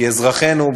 כי אזרחינו,